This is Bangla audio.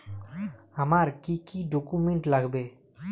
আমার কি কি ডকুমেন্ট লাগবে?